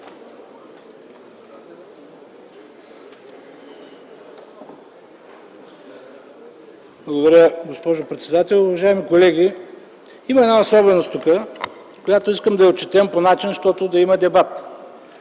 Благодаря, госпожо председател. Уважаеми колеги, има една особеност тук, която искам да я отчетем по начин, щото да има дебат.